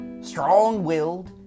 strong-willed